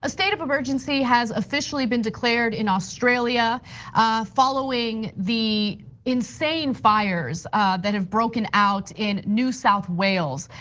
a state of emergency has officially been declared in australia following the insane fires that have broken out in new south wales.